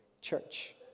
church